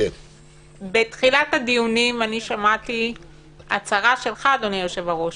בתחילת הדיונים שמעתי הצהרה שלך, אדוני היושב-ראש,